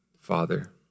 Father